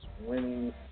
winning